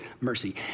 mercy